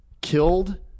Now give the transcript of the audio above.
killed